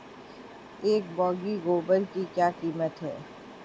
एक बोगी गोबर की क्या कीमत है?